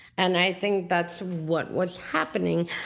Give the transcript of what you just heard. and i think that's what was happening.